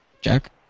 Jack